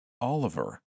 Oliver